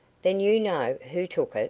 then you know who took it?